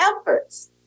efforts